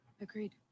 agreed